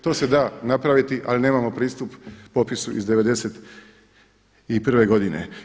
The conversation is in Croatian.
To se da napraviti ali nemamo pristup popisu iz 91. godine.